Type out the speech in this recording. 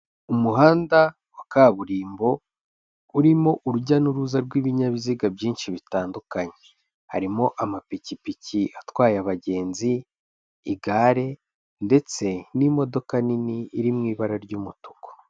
Umuhanda wa kaburimbo, urimo urujya n'uruza rw'ibinyabiziga byinshi bitandukanye, harimo amapikipiki atwaye abagenzi, igare ndetse n'imodoka nini iri mu ibara ry'umutuku.